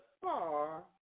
far